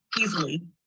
easily